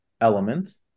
element